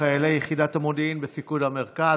חיילי יחידת המודיעין בפיקוד המרכז.